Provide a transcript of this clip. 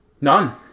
None